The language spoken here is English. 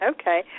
Okay